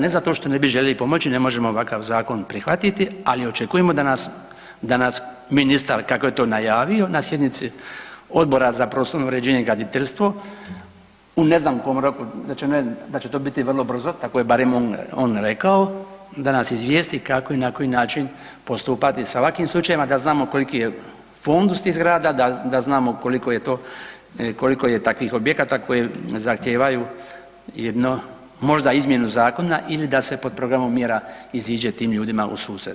Ne zato što ne bi željeli pomoći ne možemo ovakav prihvatiti, ali očekujemo da nas ministar kako je to najavio na sjednici Odbora za prostorno uređenje i graditeljstvo u ne znam kome roku da će to biti vrlo brzo tako je barem on rekao, da nas izvijesti kako i na koji način postupati sa ovakvim slučajevima da znamo koliki je fondus tih zgrada, da znamo koliko je takvih objekata koji zahtijevaju jedno možda izmjenu zakona ili da se pod programom mjera izađe tim ljudima u susret.